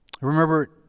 remember